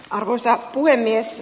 arvoisa puhemies